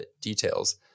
details